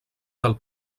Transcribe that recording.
del